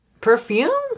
perfume